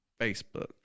Facebook